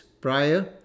prior